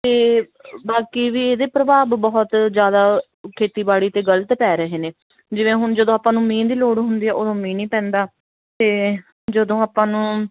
ਅਤੇ ਬਾਕੀ ਵੀ ਇਹਦੇ ਪ੍ਰਭਾਵ ਬਹੁਤ ਜ਼ਿਆਦਾ ਖੇਤੀਬਾੜੀ 'ਤੇ ਗਲਤ ਪੈ ਰਹੇ ਨੇ ਜਿਵੇਂ ਹੁਣ ਜਦੋਂ ਆਪਾਂ ਨੂੰ ਮੀਂਹ ਦੀ ਲੋੜ ਹੁੰਦੀ ਹੈ ਉਦੋਂ ਮੀਂਹ ਨਹੀਂ ਪੈਂਦਾ ਅਤੇ ਜਦੋਂ ਆਪਾਂ ਨੂੰ